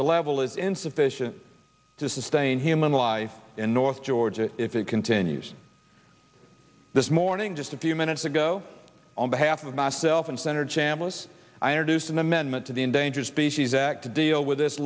the level is insufficient to sustain human life in north georgia if it continues this morning just a few minutes ago on behalf of myself and senator chambliss i reduced an amendment to the endangered species act to deal with this